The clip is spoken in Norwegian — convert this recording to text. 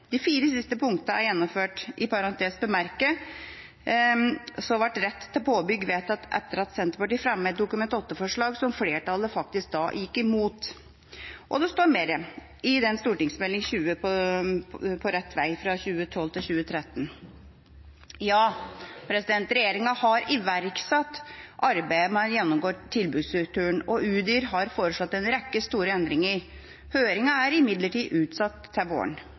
De siste fire punktene er gjennomført. I parentes bemerket ble retten til påbygging vedtatt etter at Senterpartiet fremmet et Dokument 8-forslag som flertallet gikk imot. Det står mer i Meld. St. 20 for 2012–2013, På rett vei. Ja, regjeringa har iverksatt arbeidet med å gjennomgå tilbudsstrukturen, og Utdanningsdirektoratet har foreslått en rekke store endringer. Høringen er imidlertid utsatt til våren.